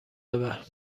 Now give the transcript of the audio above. ببر